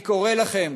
אני קורא לכם,